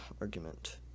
argument